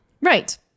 Right